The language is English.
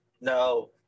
No